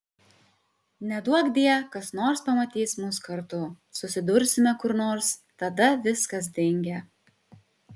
neduokdie kas nors pamatys mus kartu susidursime kur nors tada viskas dingę